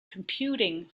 computing